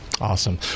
Awesome